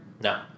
No